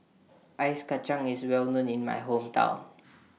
Ice Kachang IS Well known in My Hometown